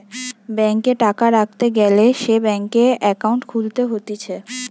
ব্যাংকে টাকা রাখতে গ্যালে সে ব্যাংকে একাউন্ট খুলতে হতিছে